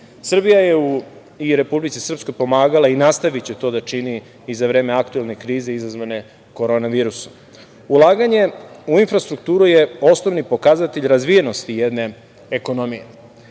je, Republici Srpskoj pomagala i nastaviće to da čini i za vreme aktuelne krize, izazvane korona virusom. Ulaganjem u infrastrukturu je osnovni pokazatelj razvijenosti jedne ekonomije.